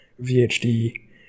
VHD